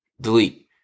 delete